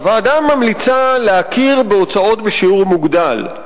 הוועדה ממליצה להכיר בהוצאות בשיעור מוגדל.